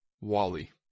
Wally